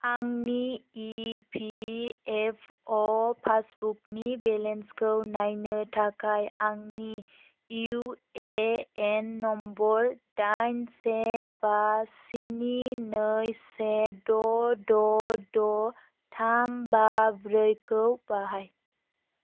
आंनि इपिएफअ पासबुकनि बेलेन्सखौ नायनो थाखाय आंनि इउएएन नम्बर डाइन से बा स्नि नै से द' द' द' थाम बा ब्रै खौ बाहाय